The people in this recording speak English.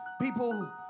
People